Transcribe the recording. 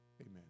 amen